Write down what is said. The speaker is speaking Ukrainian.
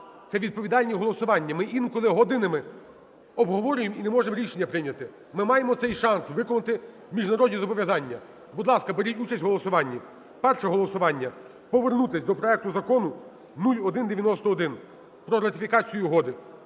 це відповідальне голосування. Ми інколи годинами обговорюємо і не можемо рішення прийняти. Ми маємо цей шанс виконати, міжнародні зобов'язання. Будь ласка, беріть участь в голосуванні. Перше голосування, повернутись до проекту Закону 0191 про ратифікацію угоди.